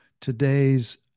today's